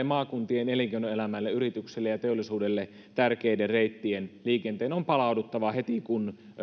maakuntien elinkeinoelämälle yrityksille ja teollisuudelle tärkeiden reittien liikenteen on palauduttava heti kun